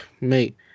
mate